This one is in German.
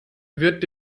wird